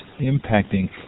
impacting